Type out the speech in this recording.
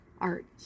art